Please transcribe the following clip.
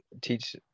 teach